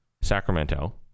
sacramento